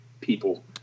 people